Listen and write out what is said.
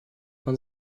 man